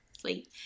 sleep